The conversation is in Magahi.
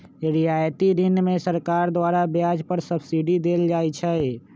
रियायती ऋण में सरकार द्वारा ब्याज पर सब्सिडी देल जाइ छइ